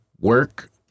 work